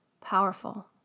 powerful